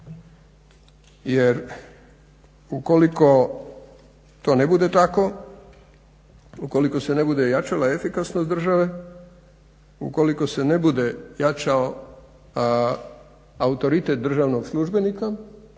Jer ukoliko to ne bude tako ukoliko se ne bude jačala efikasnost države ukoliko se ne bude jačao autoritet državnog službenika